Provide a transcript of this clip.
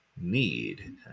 need